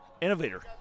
Innovator